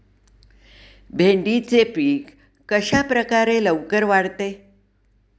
भेंडीचे पीक कशाप्रकारे लवकर वाढते?